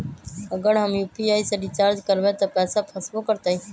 अगर हम यू.पी.आई से रिचार्ज करबै त पैसा फसबो करतई?